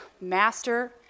master